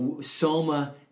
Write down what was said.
Soma